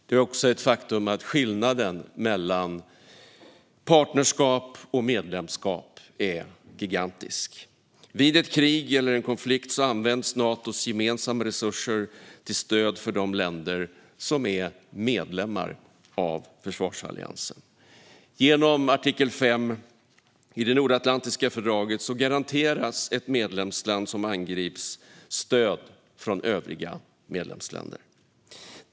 Det är också ett faktum att skillnaden mellan partnerskap och medlemskap är gigantisk. Vid krig eller konflikt används Natos gemensamma resurser till stöd för de länder som är medlemmar i försvarsalliansen. Genom artikel 5 i det nordatlantiska fördraget garanteras ett medlemsland som angrips stöd från övriga medlemsländer.